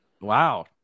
Wow